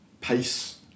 pace